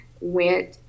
went